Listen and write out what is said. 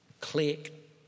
Click